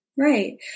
Right